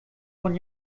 von